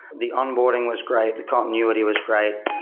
the onboarding was great. the continuity was great,